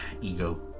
ego